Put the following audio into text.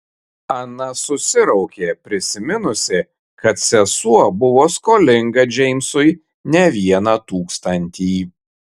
ana susiraukė prisiminusi kad sesuo buvo skolinga džeimsui ne vieną tūkstantį